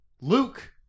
Luke